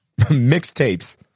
Mixtapes